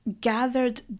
gathered